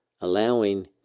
allowing